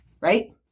right